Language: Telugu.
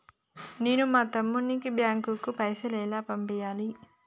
నేను మా తమ్ముని బ్యాంకుకు పైసలు ఎలా పంపియ్యాలి?